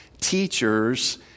teachers